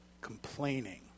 complaining